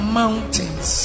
mountains